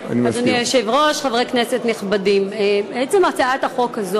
בעד, 34, אין מתנגדים, נמנע אחד.